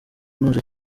ntuje